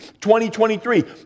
2023